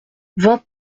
vingt